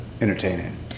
entertaining